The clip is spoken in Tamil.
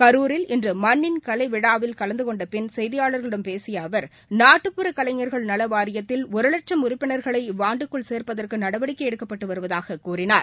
கரூரில் இன்றுமண்ணின் கலைவிழாவில் கலந்துகொண்டபின் செய்தியாளர்களிடம் பேசியஅவர் நாட்டுப்புற கலைஞர்கள் நலவாரியத்தில் இவ்வாண்டுக்குள் சேர்ப்பதற்குநடவடிக்கைஎடுக்கப்பட்டுவருவதாககூறினார்